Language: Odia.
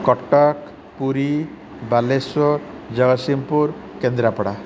କଟକ ପୁରୀ ବାଲେଶ୍ୱର ଜଗତସିଂହପୁର କେନ୍ଦ୍ରାପଡ଼ା